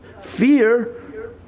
fear